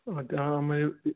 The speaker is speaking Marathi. त्या म्हणजे की